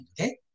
Okay